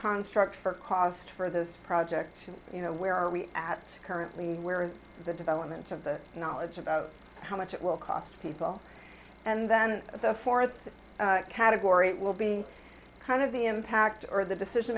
construct for cost for this project to you know where are we at currently where is the development of the knowledge about how much it will cost people and then the fourth category will be kind of the impact or the decision